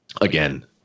again